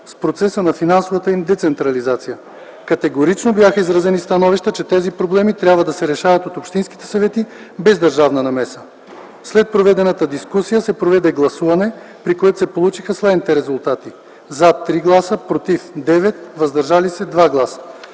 с процеса на финансовата им децентрализация. Категорично бяха изразени становища, че тези проблеми трябва да се решават от общинските съвети без държавна намеса. След проведената дискусия се проведе гласуване, при което се получиха следните резултати: „за” – 3 гласа, „против” – 9 гласа, „въздържали се” – 2 гласа.